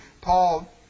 Paul